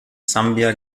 sambia